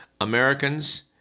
Americans